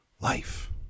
life